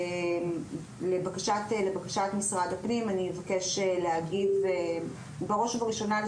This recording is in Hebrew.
אני אבקש להגיב לבקשת משרד הפנים; בראש ובראשונה,